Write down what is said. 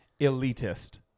elitist